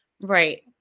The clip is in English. Right